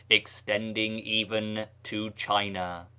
extending even to china.